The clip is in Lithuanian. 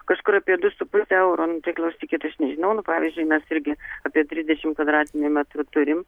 kažkur apie du su puse euro nu tai klausykit aš nežinau nu pavyzdžiui mes irgi apie trisdešim kvadratinių metrų turim